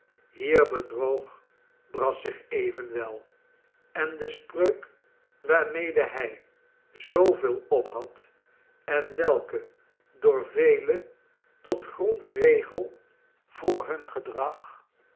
hierin bedroog brass zich evenwel en de spreuk waarmede hij zooveel ophad en welke door velen tot grondregel voor hun gedrag